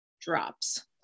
drops